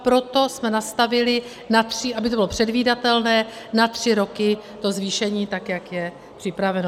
Proto jsme nastavili, aby to bylo předvídatelné, na tři roky to zvýšení tak, jak je připraveno.